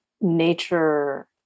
Nature